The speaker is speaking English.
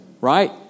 Right